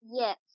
Yes